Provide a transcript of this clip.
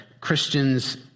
Christians